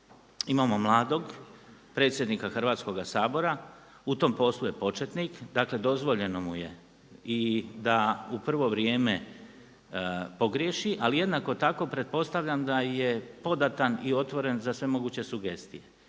Imamo mladog predsjednika Hrvatskoga sabora, u tom poslu je početnik, dakle dozvoljeno mu je i da u prvo vrijeme pogriješi ali jednako tako pretpostavljam da je podatan i otvoren za sve moguće sugestije.